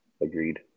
Agreed